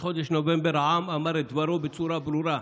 נובמבר העם אמר את דברו בצורה ברורה.